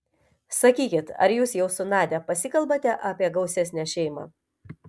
sakykit ar jūs jau su nadia pasikalbate apie gausesnę šeimą